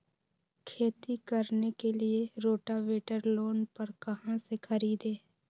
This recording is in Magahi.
खेती करने के लिए रोटावेटर लोन पर कहाँ से खरीदे?